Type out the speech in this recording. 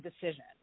decision